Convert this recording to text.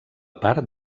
part